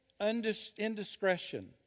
indiscretion